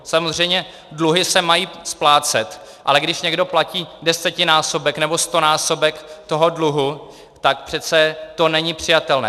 Samozřejmě, dluhy se mají splácet, ale když někdo platí desetinásobek nebo stonásobek dluhu, tak přece to není přijatelné.